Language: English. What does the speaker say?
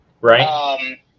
right